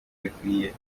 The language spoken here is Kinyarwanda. bikwiye